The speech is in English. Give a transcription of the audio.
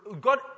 God